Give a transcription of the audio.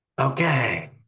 Okay